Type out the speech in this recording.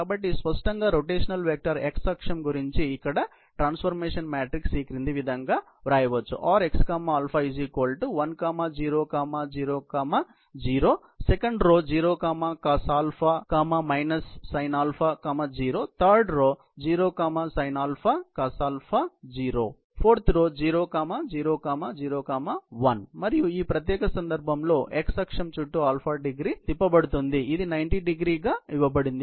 కాబట్టి స్పష్టంగా rotational vector x అక్షం గురించి ఇక్కడ ట్రాన్సఫార్మేషన్ మ్యాట్రిక్స్ ఈ క్రింది విధంగా వ్రాయవచ్చు Rx1 0 0 0 0 cos sin 0 0 sin cos 0 0 0 0 1 మరియు ఈ ప్రత్యేక సందర్భంలో x అక్షం చుట్టూ º తిప్పబడుతుంది ఇది 90º గా ఇవ్వబడింది